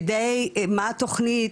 מה התוכנית,